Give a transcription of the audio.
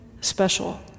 special